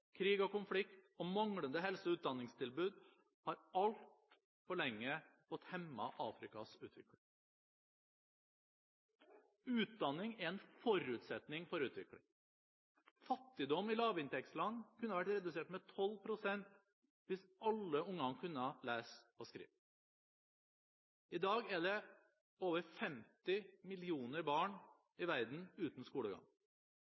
krig og konflikt og manglende helse- og utdanningstilbud har altfor lenge fått hemme Afrikas utvikling. Utdanning er en forutsetning for utvikling. Fattigdom i lavinntektsland kunne vært redusert med 12 pst. hvis alle ungene kunne lese og skrive. I dag er det over 50 millioner barn i verden uten skolegang.